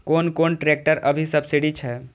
कोन कोन ट्रेक्टर अभी सब्सीडी छै?